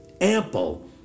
ample